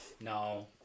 No